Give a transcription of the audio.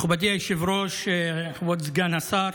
מכובדי היושב-ראש, כבוד סגן השר,